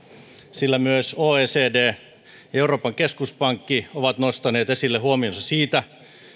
sillä myös oecd ja euroopan keskuspankki ovat nostaneet esille huomionsa siitä